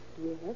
Yes